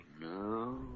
No